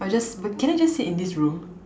I'll just but can I just sit in this room